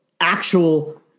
actual